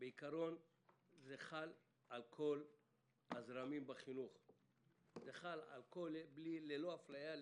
בעיקרון זה חל על כל הזרמים בחינוך ללא אפליה,